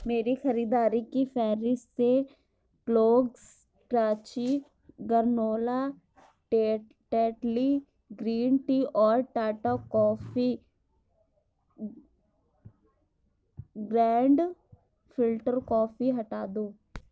میری خریداری کی فہرست سے کلوکز کراچی گرنولا ٹیٹ ٹیٹلی گرین ٹی اور Tata coffee grand filter coffee ہٹا دو